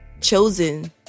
chosen